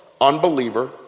Unbeliever